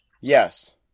Yes